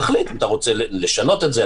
נחליט אם אתה רוצה לשנות את זה,